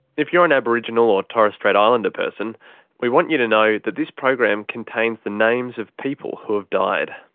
if you're an aboriginal or torres strait islander person we want, you to know that this program contains the names of people who have died.